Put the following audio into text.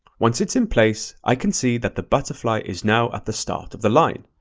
once it's in place, i can see that the butterfly is now at the start of the line.